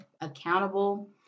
accountable